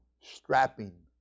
strapping